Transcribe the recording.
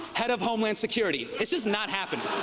head of homeland security. it's just not happening,